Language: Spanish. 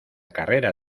carrera